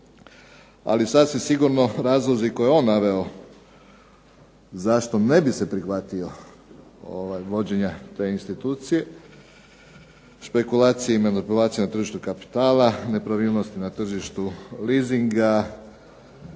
Ali sasvim sigurno razlozi koje je on naveo zašto se ne bi prihvatio vođenja te institucije, špekulacije i manipulacije na tržištu kapitala, nepravilnosti na tržištu leasinga